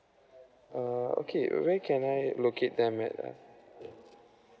uh okay where can I locate them right ah